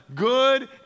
good